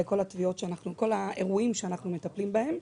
אלה כל האירועים שאנחנו מטפלים בהם.